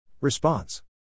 Response